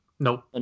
Nope